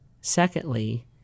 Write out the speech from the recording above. Secondly